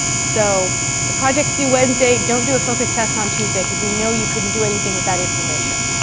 so the project is due wednesday. don't do a focus test on tuesday, because we know you couldn't do anything with that information.